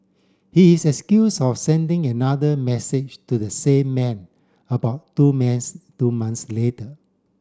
he is of sending another message to the same man about two two months later